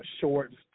shorts